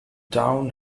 town